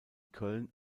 köln